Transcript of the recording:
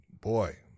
boy